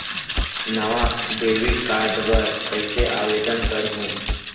नावा debit card बर कैसे आवेदन करहूं?